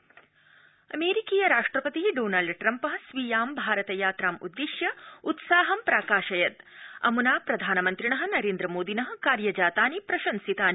Trump वक्तव्यम अमेरिकीय राष्ट्रपति डोनाल्ड ट्रम्प स्वीयां भारत यात्रां उददिश्य उत्साहं प्राकाशयत अम्ना प्रधानमन्त्रिण नरेन्द्रमोदिन कार्यजातानि प्रशंसितानि